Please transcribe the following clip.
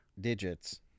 digits